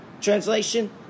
translation